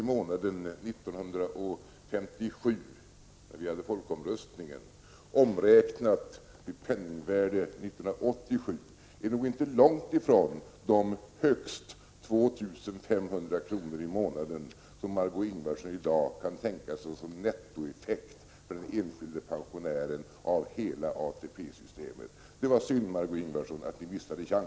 i månaden 1957, när vi hade folkomröstningen, omräknat i 1987 års penningvärde är nog inte långt ifrån de högst 2 500 kr. i månaden som Margö Ingvardsson i dag kan tänka sig som nettoeffekt för den enskilde pensionären av hela ATP-systemet. Det var synd, Margö Ingvardsson, att ni missade chansen.